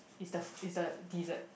is the is the dessert